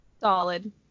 Solid